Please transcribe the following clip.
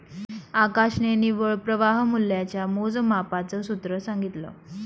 आकाशने निव्वळ प्रवाह मूल्याच्या मोजमापाच सूत्र सांगितला